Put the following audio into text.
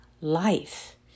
life